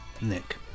Nick